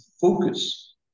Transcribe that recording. focus